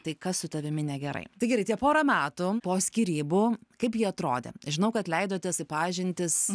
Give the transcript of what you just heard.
tai kas su tavimi negerai tai gerai tie pora metų po skyrybų kaip jie atrodė žinau kad leidotės į pažintis